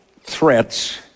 threats